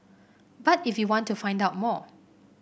but if you want to find out more